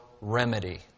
remedy